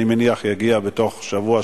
אני מניח שיגיע בתוך שבוע,